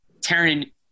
Taryn